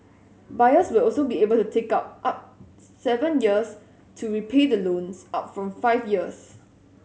buyers will also be able to take up up seven years to repay the loans up from five years